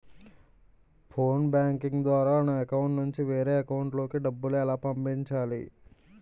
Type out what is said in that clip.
Phone banking ద్వారా నా account నుంచి వేరే అకౌంట్ లోకి డబ్బులు ఎలా పంపించాలి?